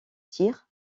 tir